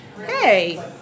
hey